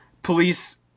Police